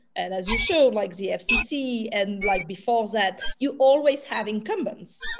and as you showed, like the fcc and like before that, you always have incumbents.